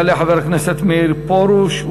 יעלה חבר הכנסת מאיר פרוש.